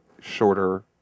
shorter